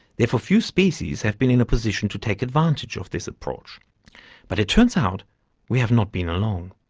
therefore, few species have been in a position to take advantage of this approach but it turns out we have not been alone!